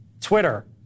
Twitter